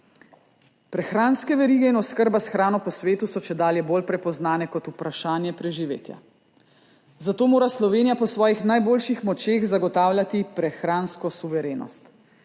prehranske verige in oskrba s hrano po svetu so čedalje bolj prepoznane kot vprašanje preživetja, zato mora Slovenija po svojih najboljših močeh zagotavljati prehransko suverenost.